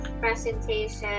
presentation